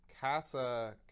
Casa